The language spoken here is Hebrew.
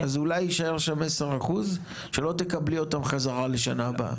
אז אולי יישארו שם 10% שלא תקבלי אותם חזרה לשנה הבאה?